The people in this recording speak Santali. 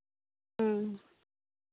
ᱦᱩᱸ